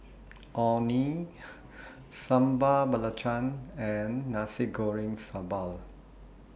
Orh Nee Sambal Belacan and Nasi Goreng Sambal